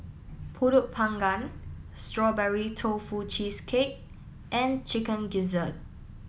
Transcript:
Pulut panggang Strawberry Tofu Cheesecake and Chicken Gizzard